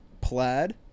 plaid